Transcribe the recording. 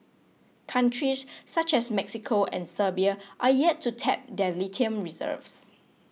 countries such as Mexico and Serbia are yet to tap their lithium reserves